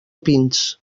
pins